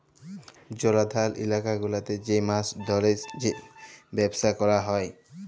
জলাধার ইলাকা গুলাতে যে মাছ ধ্যরে যে ব্যবসা ক্যরা হ্যয়